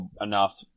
enough